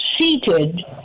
seated